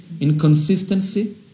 inconsistency